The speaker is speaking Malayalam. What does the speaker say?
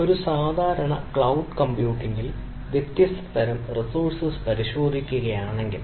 ഒരു സാധാരണ ക്ലൌഡ്ഡ് കമ്പ്യൂട്ടിംഗ് കാര്യങ്ങളിൽ വ്യത്യസ്ത തരം റിസോഴ്സ് പരിശോധിക്കുകയാണെങ്കിൽ